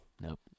Nope